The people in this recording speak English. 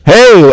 Hey